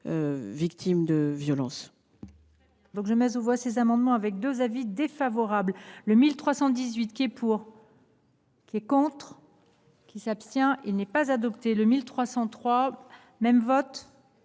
victimes de violences.